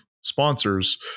sponsors